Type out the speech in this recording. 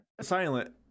Silent